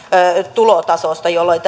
tulotasosta jolloin